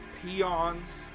peons